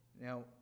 Now